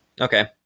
Okay